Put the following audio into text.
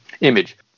image